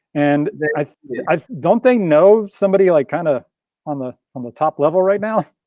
and i i don't think know, somebody like kind of on the on the top level right now.